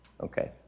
Okay